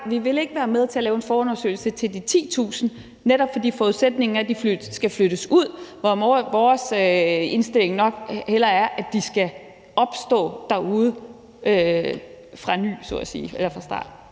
vi vil ikke være med til at lave en forundersøgelse af de 10.000 arbejdspladser, netop fordi forudsætningen er, at de skal flyttes ud, hvor vores indstilling er, at de hellere skal opstå derude fra start,